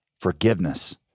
Forgiveness